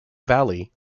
valley